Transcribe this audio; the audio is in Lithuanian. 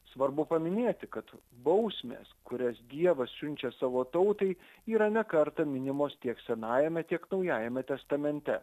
svarbu paminėti kad bausmės kurias dievas siunčia savo tautai yra ne kartą minimos tiek senajame tiek naujajame testamente